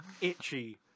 itchy